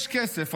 יש כסף,